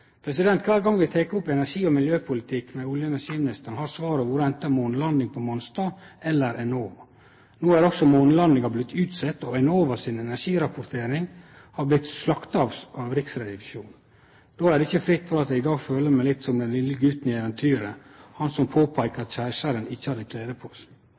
Kvar gong vi har teke opp energi- og miljøpolitikk med olje- og energiministeren, har svaret vore anten månelanding på Mongstad eller Enova. No har òg månelandinga vorte utsett, og Enova si energirapportering har blitt slakta av Riksrevisjonen. Då er det ikkje fritt for at eg i dag føler meg litt som den vesle guten i eventyret – han som påpeika at keisaren ikkje hadde